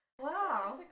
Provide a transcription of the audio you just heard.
Wow